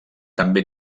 també